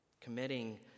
Committing